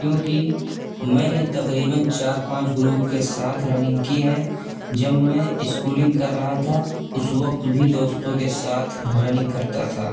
کیونکہ میں نے تقریباً چار پانچ گروپ کے ساتھ رننگ کی ہے جب میں اسکولنگ کر رہا تھا اس وقت بھی دوستوں کے ساتھ رننگ کرتا تھا